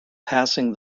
passing